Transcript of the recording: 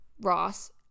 Ross